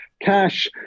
cash